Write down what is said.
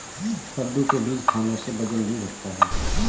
कद्दू के बीज खाने से वजन भी घटता है